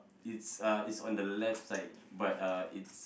it's uh it's on the left side but uh it's